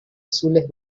azules